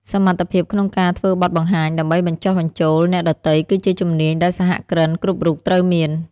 សមត្ថភាពក្នុងការធ្វើបទបង្ហាញដើម្បីបញ្ចុះបញ្ចូលអ្នកដទៃគឺជាជំនាញដែលសហគ្រិនគ្រប់រូបត្រូវមាន។